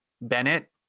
Bennett